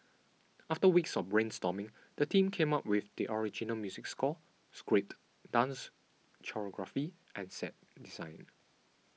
after weeks of brainstorming the team came up with the original music score script dance choreography and set design